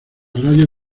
radio